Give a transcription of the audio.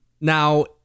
Now